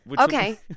Okay